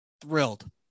thrilled